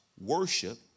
worship